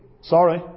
Sorry